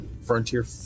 Frontier